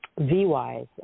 V-WISE